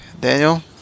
Daniel